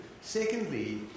Secondly